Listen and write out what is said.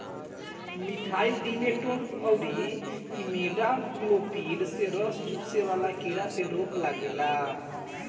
methyl demeton अउरी imidacloprid से रस चुसे वाला कीड़ा पे रोक लागेला